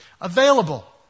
Available